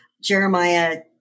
Jeremiah